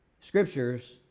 Scriptures